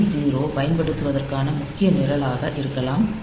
வங்கி 0 பயன்படுத்துவதற்கான முக்கிய நிரலாக இருக்கலாம்